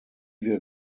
wir